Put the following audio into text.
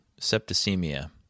septicemia